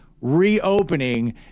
reopening